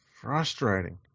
frustrating